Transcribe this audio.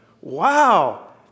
Wow